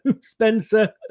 Spencer